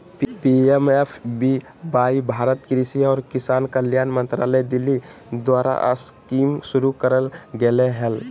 PMFBY Bharat कृषि और किसान कल्याण मंत्रालय दिल्ली द्वारास्कीमशुरू करल गेलय हल